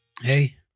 Hey